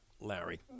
Larry